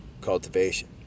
cultivation